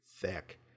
thick